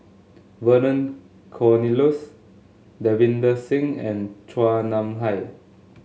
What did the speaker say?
Vernon Cornelius Davinder Singh and Chua Nam Hai